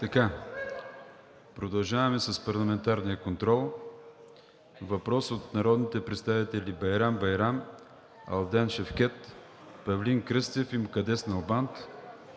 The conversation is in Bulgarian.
Продължаваме с парламентарния контрол. Въпрос от народните представители Байрам Байрам, Адлен Шевкед, Павлин Кръстев и Мукаддес Налбант